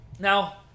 Now